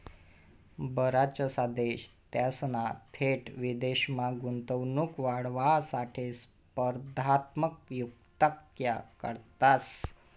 बराचसा देश त्यासना थेट विदेशमा गुंतवणूक वाढावासाठे स्पर्धात्मक युक्त्या काढतंस